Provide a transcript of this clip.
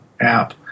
app